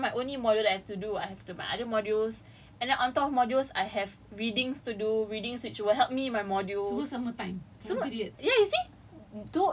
so you you bayangkan I have to do that and that's not my only module I have to do I have my other modules and top of modules I have readings to do readings which will help me in my modules